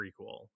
prequel